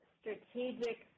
strategic